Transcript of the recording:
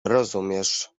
rozumiesz